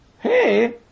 Hey